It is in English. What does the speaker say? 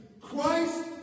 Christ